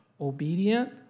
obedient